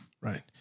right